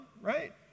right